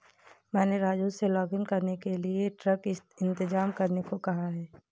मैंने राजू से लॉगिंग के लिए बड़ी ट्रक इंतजाम करने को कहा है